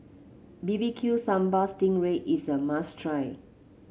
B B Q Sambal Sting Ray is a must try